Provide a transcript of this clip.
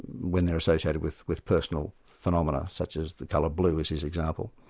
when they're associated with with personal phenomena, such as the colour blue, is his example.